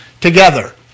together